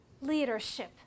leadership